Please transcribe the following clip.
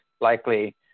likely